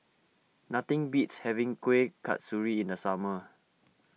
nothing beats having Kuih Kasturi in the summer